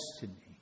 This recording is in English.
destiny